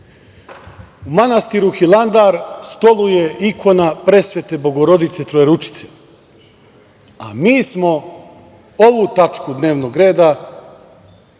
U manastiru Hilandar stoluje ikona presvete Bogorodice Trojeručice, a mi smo ovu tačku dnevnog reda